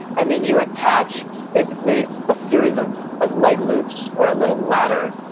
and then you attach basically a series of of leg loops or a little ladder,